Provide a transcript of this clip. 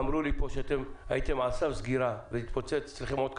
אמרו לי פה שאתם הייתם על סף סגירה וזה התפוצץ אצלכם.